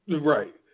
Right